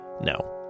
No